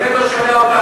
אני באמת לא שומע אותה,